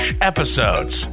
episodes